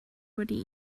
wedi